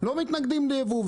לא מתנגדים לייבוא.